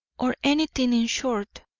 or anything, in short,